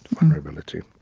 vulnerability.